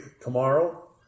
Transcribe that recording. tomorrow